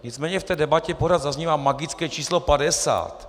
Nicméně v té debatě pořád zaznívá magické číslo 50.